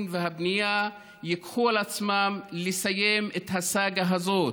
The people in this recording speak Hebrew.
והבנייה ייקחו על עצמם לסיים את הסאגה הזאת,